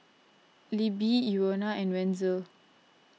Libby Euna and Wenzel